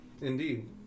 Indeed